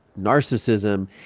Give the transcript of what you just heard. narcissism